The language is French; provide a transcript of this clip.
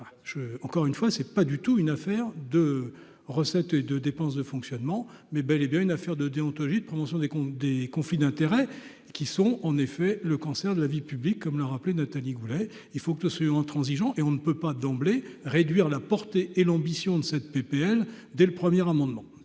encore une fois, c'est pas du tout une affaire de recettes et de dépenses de fonctionnement, mais bel et bien une affaire de déontologie de prévention des cons, des conflits d'intérêts qui sont, en effet, le cancer de la vie publique, comme l'a rappelé Nathalie Goulet, il faut que ce intransigeant et on ne peut pas, d'emblée, réduire la portée et l'ambition de cette PPL dès le premier amendement,